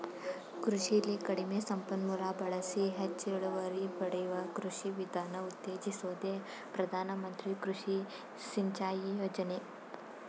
ಕೃಷಿಲಿ ಕಡಿಮೆ ಸಂಪನ್ಮೂಲ ಬಳಸಿ ಹೆಚ್ ಇಳುವರಿ ಪಡೆಯುವ ಕೃಷಿ ವಿಧಾನ ಉತ್ತೇಜಿಸೋದೆ ಪ್ರಧಾನ ಮಂತ್ರಿ ಕೃಷಿ ಸಿಂಚಾಯಿ ಯೋಜನೆ